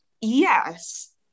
yes